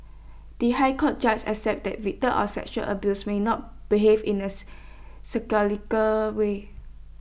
the High Court judge accepted that victims of sexual abuse may not behave in A way